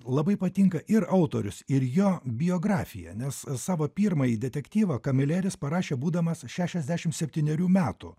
labai patinka ir autorius ir jo biografija nes savo pirmąjį detektyvą kamileris parašė būdamas šešiasdešimt septynerių metų